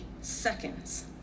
seconds